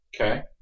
Okay